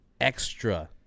extra